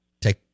take